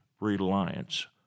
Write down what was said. reliance